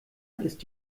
ist